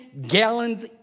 gallons